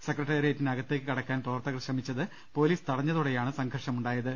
സെക്രട്ടേറിയറ്റിനകത്തേക്ക് കടക്കാൻ പ്രവർത്തകർ ശ്രമി ച്ചത് പൊലീസ് തടഞ്ഞതോടെയാണ് സംഘർഷമുണ്ടാ യത്